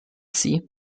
sie